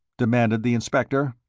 demanded the inspector.